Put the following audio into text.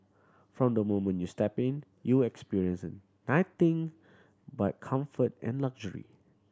from the moment you step in you will experience nothing but comfort and luxury